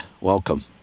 welcome